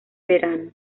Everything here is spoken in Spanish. verano